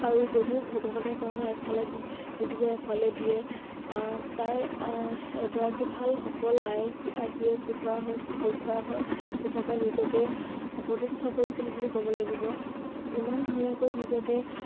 আৰু যদিও ভগৱানে কয় ন এফালে নিদিলে এফালে দিয়ে তাই এগৰাকী ভাল সফল I S B I C S বিষয়া হৈ বিষয়া হিচাপে নিজকে প্ৰতিষ্ঠা কৰিছিল বুলি ক'ব লাগিব ইমান ধুনীয়াকৈ নিজকে